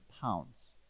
pounds